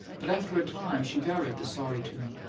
but after a time she varied the sorry tune.